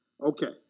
Okay